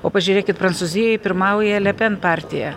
o pažiūrėkit prancūzijoj pirmauja lepen partija